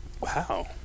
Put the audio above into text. Wow